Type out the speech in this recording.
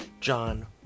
John